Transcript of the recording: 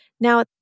Now